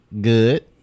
good